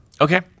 Okay